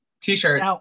T-shirt